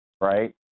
right